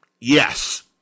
yes